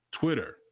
Twitter